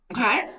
Okay